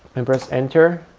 and press enter,